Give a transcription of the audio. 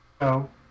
No